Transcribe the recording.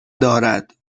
دارد